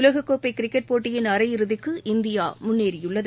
உலக கோப்பை கிரிக்கெட் போட்டியின்அரையிறுதிக்கு இந்தியா முன்னேறியுள்ளது